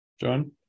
John